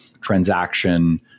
transaction